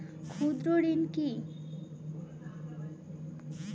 ক্ষুদ্র ঋণ কি?